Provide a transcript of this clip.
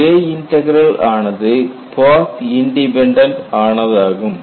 J integral ஆனது path independent ஆனதாகும்